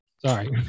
Sorry